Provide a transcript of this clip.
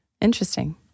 Interesting